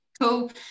Cool